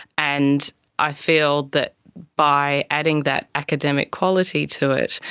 and i feel that by adding that academic quality to it,